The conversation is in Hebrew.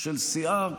של סיעה,